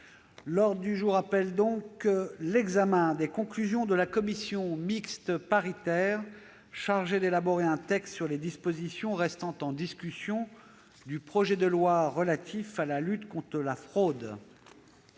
L'ordre du jour appelle l'examen des conclusions de la commission mixte paritaire chargée d'élaborer un texte sur les dispositions restant en discussion du projet de loi relatif à la lutte contre la fraude